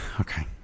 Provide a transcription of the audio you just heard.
Okay